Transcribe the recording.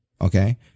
Okay